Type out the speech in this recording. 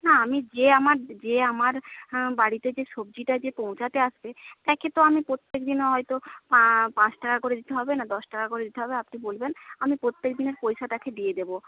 না আমি যে আমার যে আমার হ্যাঁ বাড়িতে যে সবজিটা যে পৌঁছাতে আসছে তাকে তো আমি প্রত্যেক দিনের হয়তো পাঁচ টাকা করে দিতে হবে না দশ টাকা করে দিতে হবে আপনি বলবেন আমি প্রত্যেকদিনের পয়সা তাকে দিয়ে দেব